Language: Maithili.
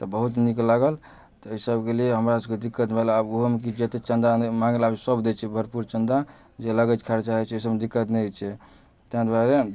तऽ बहुत नीक लागल तऽ अइ सबके लिए हमरा सबके दिक्कत भेल आब ओहो मे कि जते चन्दा माँगै लए आबै छै सब दै छै भरपुर चन्दा जे लगै छै खर्चा होइ छै ओइ सबमे दिक्कत नै होइ छै तैँ दुआरे